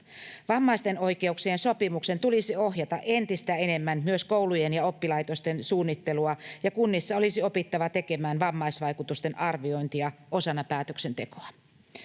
Vammaisten oikeuksien sopimuksen tulisi ohjata entistä enemmän myös koulujen ja oppilaitosten suunnittelua, ja kunnissa olisi opittava tekemään vammaisvaikutusten arviointia osana päätöksentekoa.